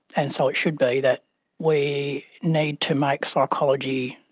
and so it should be, that we need to make psychology,